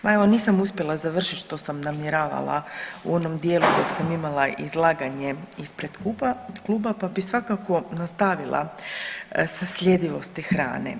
Ma evo nisam uspjela završit što sam namjeravala u onom dijelu dok sam imala izlaganje ispred kluba, pa bi svakako nastavila sa sljedivosti hrane.